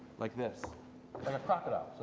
like this, like a crocodile,